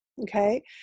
Okay